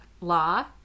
law